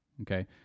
okay